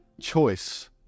choice